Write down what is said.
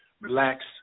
relax